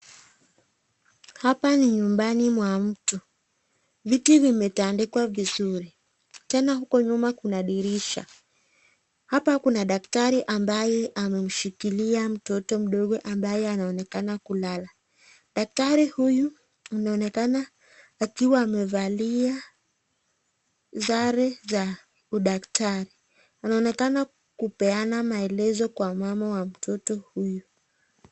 Hapa ni nyumbani mwa mtu. Viti vimetandikwa vizuri. Tena huko nyuma kuna dirisha. Hapa kuna daktari ambaye amemshikilia mtoto mdogo ambaye anaonekana kulala. Daktari huyu anaonekana akiwa amevalia sare za udaktari. Anaonekana kupeana maelezo kwa mama wa mtoto huyu.